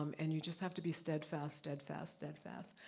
um and you just have to be steadfast, steadfast, steadfast.